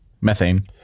Methane